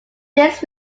this